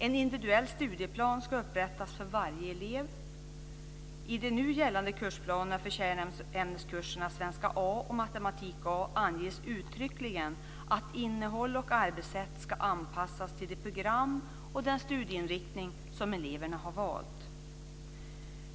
En individuell studieplan ska upprättas för varje elev. I de nu gällande kursplanerna för kärnämneskurserna svenska A och matematik A anges uttryckligen att innehåll och arbetssätt ska anpassas till det program och den studieinriktning som eleverna har valt.